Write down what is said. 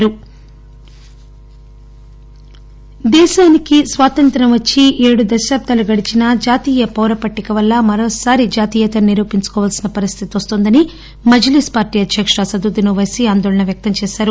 అసదుద్గీన్ ఒపైసీ దేశానికి వచ్చి స్వాతంత్ర్యం వచ్చి ఏడు దశాబ్దాలు గడిచినా జాతీయ పౌర పట్టిక వల్ల మరోసారి జాతీయతను నిరూపించుకోవాల్సిన పరిస్థితి వస్తుందని మజ్లిస్ పార్టీ అధ్యకులు అసదుద్దీన్ ఒవైసీ ఆందోళన వ్యక్తం చేశారు